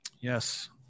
Yes